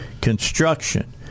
Construction